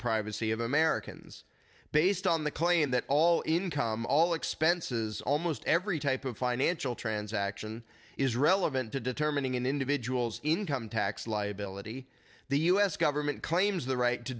privacy of americans based on the claim that all income all expenses almost every type of financial transaction is relevant to determining an individual's income tax liability the us government claims the right to